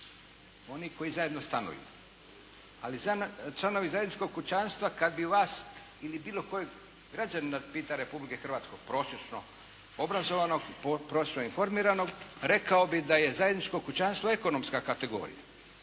oni koji zajedno stanuju. Ali članovi zajedničkog kućanstva, kad bi vas ili bilo kojeg građanina pita, Republike Hrvatske, prosječno obrazovanog i prosječno informiranog, rekao bi da je zajedničko kućanstvo ekonomska kategorija.